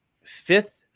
fifth